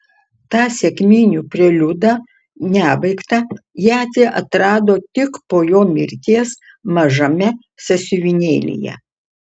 tą sekminių preliudą nebaigtą jadzė atrado tik po jo mirties mažame sąsiuvinėlyje